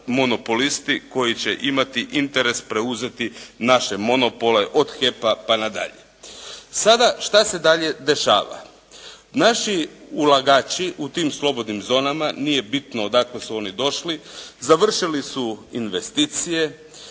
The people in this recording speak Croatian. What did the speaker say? monopolisti koji će imati interes preuzeti naše monopole od HEP-a pa nadalje. Sada, šta se dalje dešava. Naši ulagači u tim slobodnim zonama, nije bitno odakle su oni došli, završili su investicije,